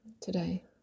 today